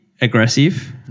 aggressive